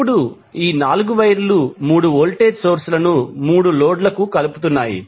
ఇప్పుడు ఈ 4 వైర్ లు 3 వోల్టేజ్ సోర్స్ లను 3 లోడ్లకు కలుపుతున్నాయి